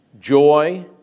joy